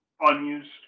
unused